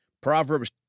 Proverbs